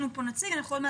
תכף ניתן לנציג שלהם לדבר.